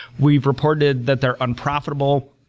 we've reported that they're unprofitable.